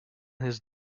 his